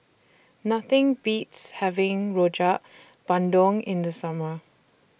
Nothing Beats having Rojak Bandung in The Summer